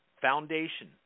foundation